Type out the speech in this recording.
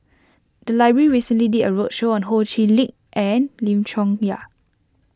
the library recently did a roadshow on Ho Chee Lick and Lim Chong Yah